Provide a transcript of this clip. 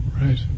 Right